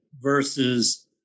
versus